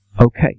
Okay